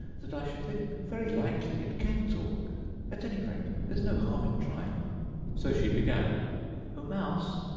that i should think very likely it can talk at any rate, there's no harm in trying so she began o mouse,